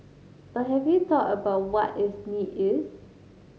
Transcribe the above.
but have you thought about what that need is